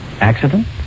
Accident